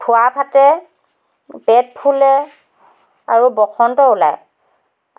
ঠুৰা ফাটে পেট ফুলে আৰু বসন্ত ওলায়